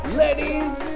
ladies